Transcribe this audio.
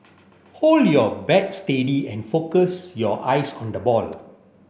hold your bat steady and focus your eyes on the ball